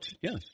yes